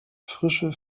frische